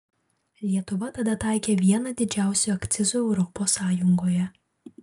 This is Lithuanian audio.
lietuva tada taikė vieną didžiausių akcizų europos sąjungoje